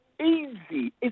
easy